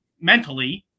mentally